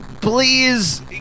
please